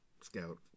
Scout